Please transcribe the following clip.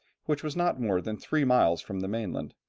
which was not more than three miles from the mainland.